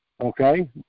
Okay